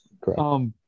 Correct